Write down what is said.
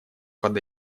под